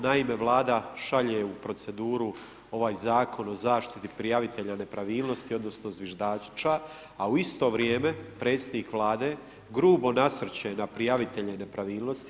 Naime, Vlada šalje u proceduru ovaj Zakon o zaštiti prijavitelja nepravilnosti odnosno zviždača, a u isto vrijeme predsjednik Vlade grubo nasrće na prijavitelje nepravilnosti.